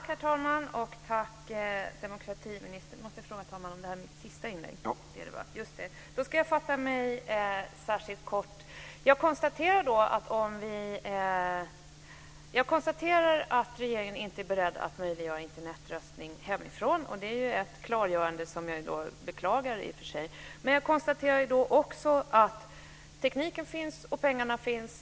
Herr talman! Tack, demokratiministern. Jag konstaterar att regeringen inte är beredd att möjliggöra Internetröstning hemifrån. Det är ett klargörande som jag beklagar i och för sig. Men jag konstaterar också att tekniken finns och att pengarna finns.